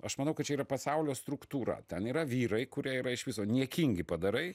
aš manau kad čia yra pasaulio struktūra ten yra vyrai kurie yra iš viso niekingi padarai